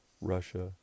Russia